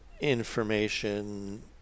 information